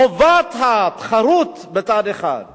חובת התחרות, והאפשרות